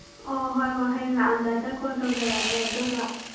ꯑꯣ ꯍꯣꯏ ꯍꯣꯏ ꯍꯌꯦꯡ ꯂꯥꯛꯑꯝꯗꯥꯏꯗ ꯀꯣꯜ ꯇꯧꯖꯔꯛꯑꯒꯦ ꯑꯗꯨꯒ